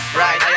right